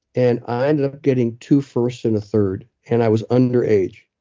and i ended up getting two first and a third, and i was underage,